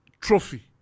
trophy